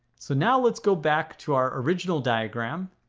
so now let's go back to our original diagram.